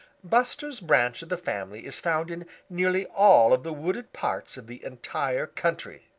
buster's branch of the family is found in nearly all of the wooded parts of the entire country.